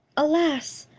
alas!